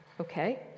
okay